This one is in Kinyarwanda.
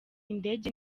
indege